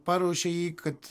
paruošia jį kad